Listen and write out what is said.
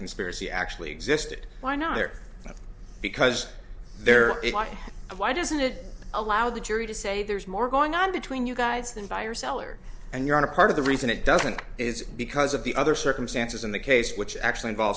conspiracy actually existed why not there because they're why doesn't it allow the jury to say there's more going on between you guys than buyer seller and you're in a part of the reason it doesn't is because of the other circumstances in the case which actually involve